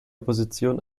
opposition